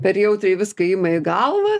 per jautriai viską ima į galvą